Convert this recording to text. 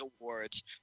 awards